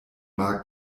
mag